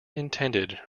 intended